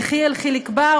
יחיאל חיליק בר,